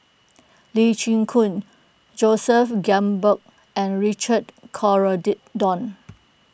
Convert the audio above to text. Lee Chin Koon Joseph Grimberg and Richard